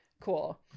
cool